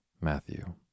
Matthew